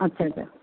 ଆଚ୍ଛା ଆଚ୍ଛା